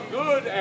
good